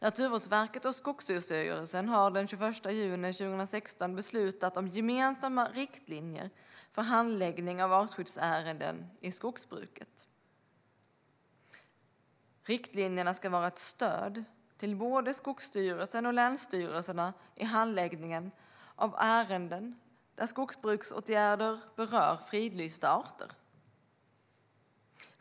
Naturvårdsverket och Skogsstyrelsen har den 21 juni 2016 beslutat om gemensamma riktlinjer för handläggning av artskyddsärenden i skogsbruket. Riktlinjerna ska vara ett stöd till både Skogsstyrelsen och länsstyrelserna i handläggningen av ärenden där skogsbruksåtgärder berör fridlysta arter.